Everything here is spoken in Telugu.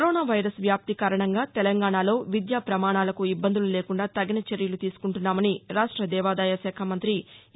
కరోనా వైరస్ వ్యాప్తి కారణంగా తెలంగాణలో విద్యా పమాణాలకు ఇబ్బందులు లేకుండా తగిన చర్యలు తీసుకుంటున్నామని రాష్ట దేవదాయ శాఖ మంతి ఎ